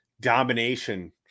domination